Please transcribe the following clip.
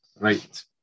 Right